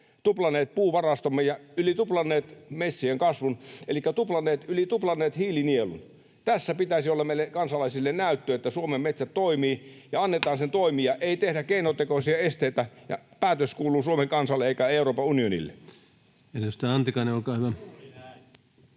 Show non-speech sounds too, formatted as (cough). tuplanneet puuvarastomme ja yli tuplanneet metsien kasvun elikkä yli tuplanneet hiilinielun. Tässä pitäisi olla meille kansalaisille näyttöä, että Suomen metsät toimivat, ja annetaan (noise) niiden toimia, ei tehdä keinotekoisia esteitä. Päätös kuuluu Suomen kansalle eikä Euroopan unionille. [Speech 204] Speaker: